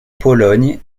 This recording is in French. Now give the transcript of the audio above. pologne